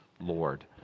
Lord